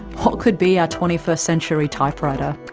what could be our twenty first century typewriter,